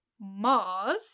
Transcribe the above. Mars